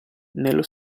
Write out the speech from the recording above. nello